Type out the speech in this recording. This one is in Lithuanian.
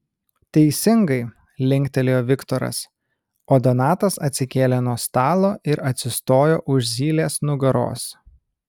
teisingai linktelėjo viktoras o donatas atsikėlė nuo stalo ir atsistojo už zylės nugaros